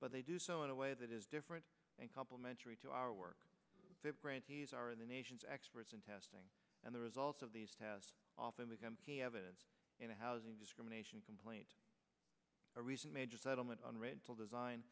but they do so in a way that is different and complimentary to our work grantees are in the nation's experts in testing and the results of these tests often become evidence in a housing discrimination complaint a recent major settlement on rental design